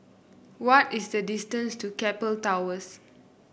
what is the distance to Keppel Towers